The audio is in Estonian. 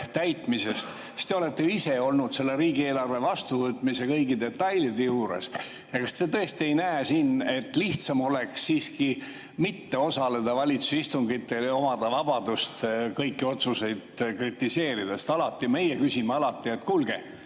täitmisest, siis te olete ju ise olnud selle riigieelarve vastuvõtmise kõigi detailide juures. Kas te tõesti ei näe siin, et lihtsam oleks siiski mitte osaleda valitsuse istungitel ja omada vabadust kõiki otsuseid kritiseerida? Meie küsime alati, et kuulge,